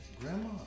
Grandma